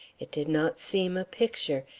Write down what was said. it did not seem a picture,